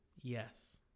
Yes